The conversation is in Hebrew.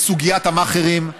לסוגיית המאכערים,